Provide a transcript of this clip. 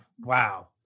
Wow